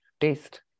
taste